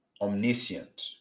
omniscient